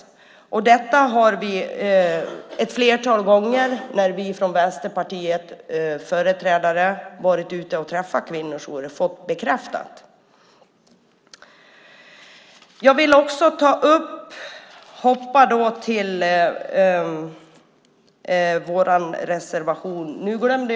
Detta har vi fått bekräftat vid ett flertal gånger när vi som företrädare för Vänsterpartiet har besökt kvinnojourer.